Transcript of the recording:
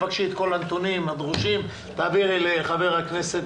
לבקש את כל הנתונים שישלחו לוועדה.